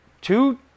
two